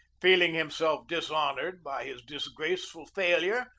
feeling himself dishonored by his disgrace ful failure,